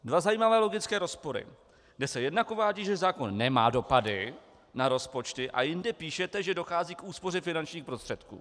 Dva zajímavé logické rozpory, kdy se jednak uvádí, že zákon nemá dopady na rozpočty, a jinde píšete, že dochází k úspoře finančních prostředků.